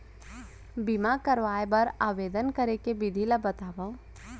बीमा करवाय बर आवेदन करे के विधि ल बतावव?